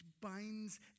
binds